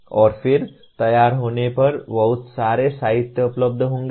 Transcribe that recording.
और फिर तैयार होने पर बहुत सारे साहित्य उपलब्ध होंगे